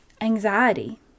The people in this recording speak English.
anxiety